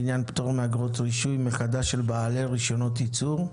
לעניין פטור מאגרות רישוי מחדש של בעלי רישיונות ייצור.